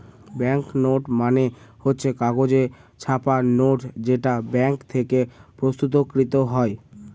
bank note মানে হচ্ছে কাগজে ছাপা নোট যেটা ব্যাঙ্ক থেকে প্রস্তুত কৃত হয়